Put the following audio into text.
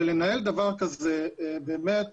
ולנהל דבר כזה זה באמת